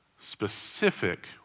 Specific